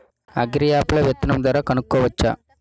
Agri app లో విత్తనం ధర కనుకోవచ్చా?